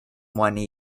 one